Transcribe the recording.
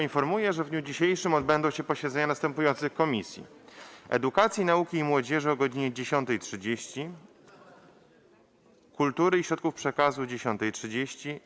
Informuję, że w dniu dzisiejszym odbędą się posiedzenia następujących Komisji: - Edukacji, Nauki i Młodzieży o godz. 10.30, - Kultury i Środków Przekazu o godz. 10.30,